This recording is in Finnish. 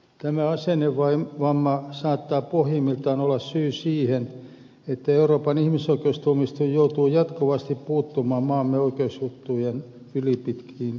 tämä asennevamma saattaa pohjimmiltaan olla syy siihen että euroopan ihmisoikeustuomioistuin joutuu jatkuvasti puuttumaan maamme oikeusjuttujen ylipitkiin kestoaikoihin